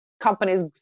companies